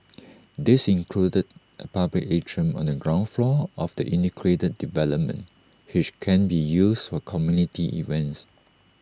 these included A public atrium on the ground floor of the integrated development which can be used for community events